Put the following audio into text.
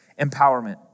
empowerment